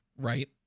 right